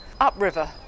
upriver